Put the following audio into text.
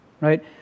right